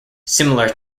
similar